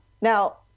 now